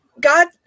God